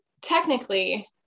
technically